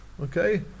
Okay